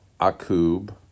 Akub